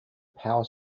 power